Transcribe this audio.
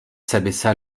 s’abaissa